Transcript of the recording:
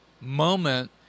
moment